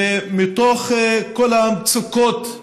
ומתוך כל המצוקות הקיימות,